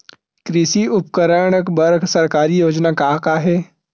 कृषि उपकरण बर सरकारी योजना का का हे?